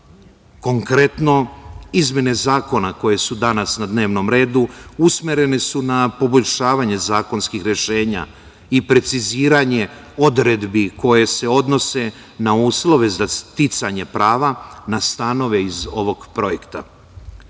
glavom. Konkretno, izmene zakona koje su danas na dnevnom redu usmerene su na poboljšavanje zakonskih rešenja i preciziranje odredbi koje se odnose na uslove za sticanje prava na stanove iz ovog projekta.